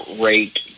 rate